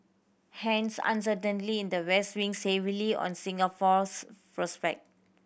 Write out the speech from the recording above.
hence uncertainly in the west weighs safely on Singapore's prospect